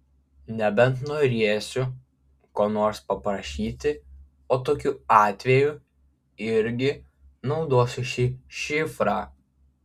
nebent norėsiu ko nors paprašyti o tokiu atveju irgi naudosiu šį šifrą